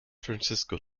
francisco